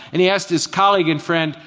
and he asked his colleague and friend,